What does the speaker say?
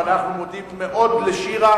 אבל אנחנו מודים מאוד לשירה,